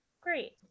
Great